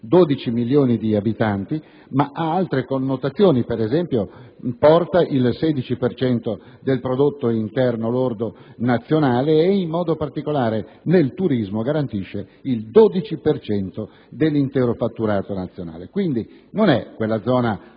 12 milioni di abitanti), ma ha altre connotazioni: ad esempio, importa il 16 per cento del prodotto interno lordo nazionale e in modo particolare nel turismo garantisce il 12 per cento dell'intero fatturato nazionale. Quindi, non è quella zona